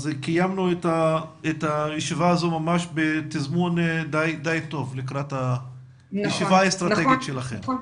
אז קיימנו את הישיבה הזאת בתזמון די טוב לקראת הישיבה האסטרטגית שלכם.